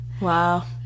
Wow